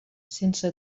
sense